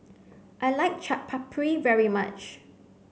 I like Chaat Papri very much